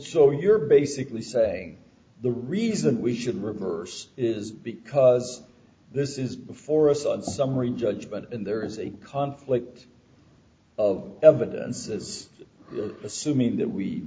so you're basically saying the reason we should reverse is because this is before us a summary judgment and there is a conflict of evidence is assuming that we